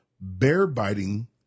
bear-biting